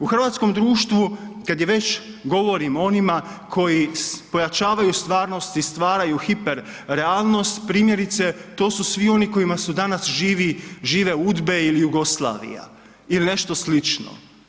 U hrvatskom društvu kad je već govorimo o onima koji pojačavaju stvarnost i stvaraju hiper realnost primjerice, to su svi oni kojima su danas živi, žive udbe ili Jugoslavija il nešto slično.